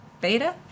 beta